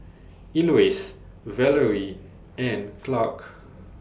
Elois Valery and Clark